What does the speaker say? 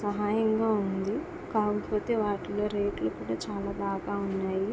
సహాయంగా ఉంది కాకపోతే వాటిలో రేట్లు కూడా చాలా బాగా ఉన్నాయి